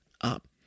up